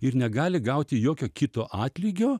ir negali gauti jokio kito atlygio